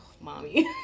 mommy